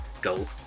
go